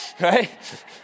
right